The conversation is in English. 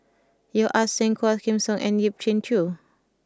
Yeo Ah Seng Quah Kim Song and Yip Pin Xiu